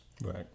Right